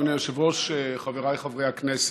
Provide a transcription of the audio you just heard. אדוני היושב-ראש, חבריי חברי הכנסת,